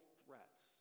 threats